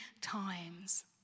times